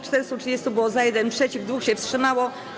430 było za, 1 - przeciw, 2 się wstrzymało.